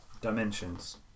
Dimensions